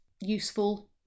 useful